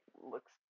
looks